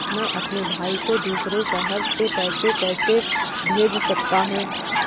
मैं अपने भाई को दूसरे शहर से पैसे कैसे भेज सकता हूँ?